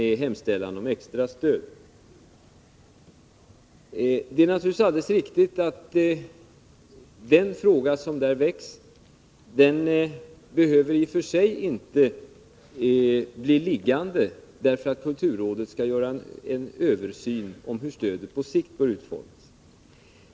Det är naturligtvis alldeles riktigt att den fråga som där väcks i och för sig inte behöver bli liggande därför att kulturrådet skall göra en översyn av hur stödet på sikt bör utformas.